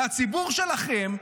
והציבור שלכם,